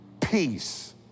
peace